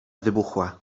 wybuchła